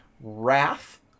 Wrath